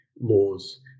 laws